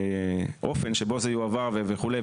והאופן בו זה יועבר וכולי,